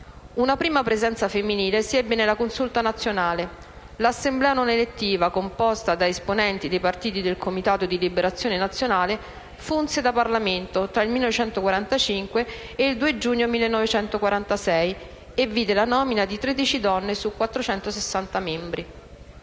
Una prima presenza femminile si ebbe nella Consulta nazionale. L'assemblea non elettiva, composta dai esponenti dei partiti del Comitato di liberazione nazionale, funse da Parlamento tra il 1945 e il 2 giugno 1946 e vide la nomina di 13 donne su 460 membri.